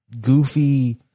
goofy